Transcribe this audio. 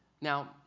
Now